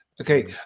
Okay